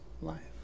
life